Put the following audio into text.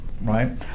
right